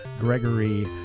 Gregory